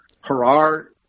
Harar